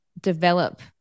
develop